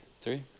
Three